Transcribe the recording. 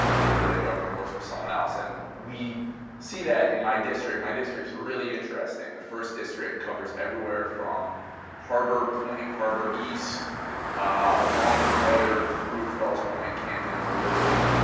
they feel like government works for someone else and we see that in my district. my district's really interesting. the first district covers everywhere from harbor point, harbor east along the water, through fells point, canton, little italy,